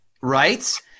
Right